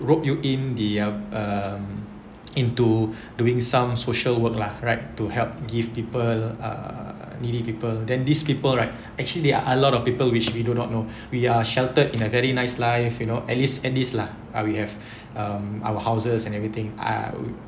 rope you in the um uh into doing some social work lah right to help give people uh needy people than these people right actually they are a lot of people which we do not know we are sheltered in a very nice life you know at least at least lah we have um our houses and everything I